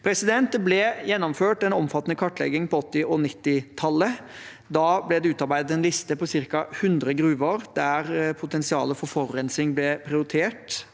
Det ble gjennomført en omfattende kartlegging på 1980- og 1990-tallet. Da ble det utarbeidet en liste på ca. hundre gruver der potensialet for forurensning ble prioritert.